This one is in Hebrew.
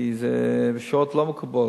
כי זה בשעות לא מקובלות,